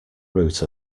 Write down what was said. root